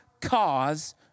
cause